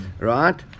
right